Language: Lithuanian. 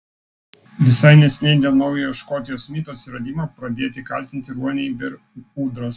visai neseniai dėl naujojo škotijos mito atsiradimo pradėti kaltinti ruoniai bei ūdros